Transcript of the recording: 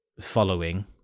following